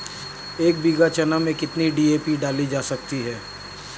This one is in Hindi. एक बीघा चना में कितनी डी.ए.पी डाली जा सकती है?